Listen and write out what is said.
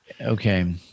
Okay